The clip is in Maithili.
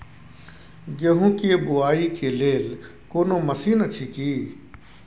गेहूँ के बुआई के लेल कोनो मसीन अछि की?